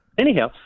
Anyhow